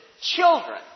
children